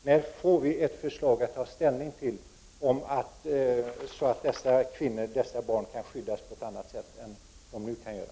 När får vi ett förslag att ta ställning till, så att de kvinnor och barn som det gäller kan skyddas på ett annat sätt än vad som nu sker?